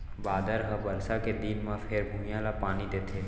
बादर ह बरसा के दिन म फेर भुइंया ल पानी देथे